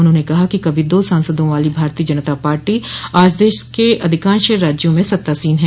उन्होंने कहा कि कभी दो सांसद वाली भारतीय जनता पार्टी आज देश के अधिकांश राज्यों में सत्तासीन है